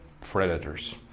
predators